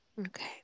Okay